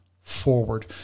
forward